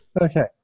Okay